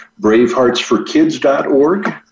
BraveHeartsForKids.org